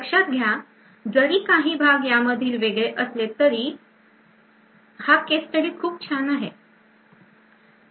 लक्षात घ्या जरी काही भाग यामधील वेगळे असले तरी हा केस स्टडी खूप छान आहे